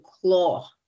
claw